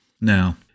Now